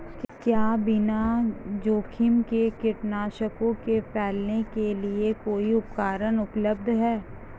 क्या बिना जोखिम के कीटनाशकों को फैलाने के लिए कोई उपकरण उपलब्ध है?